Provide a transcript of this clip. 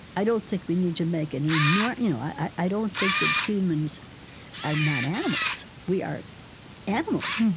i don't think we need to make and you know any you know i i don't think that humans are not animals. we are animals.